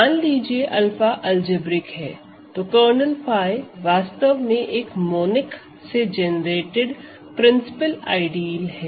मान लीजिए 𝛂 अलजेब्रिक है तो कर्नेल 𝜑 वास्तव में एक मोनिक से जेनेरेटेड प्रिंसिपल आइडियल है